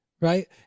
Right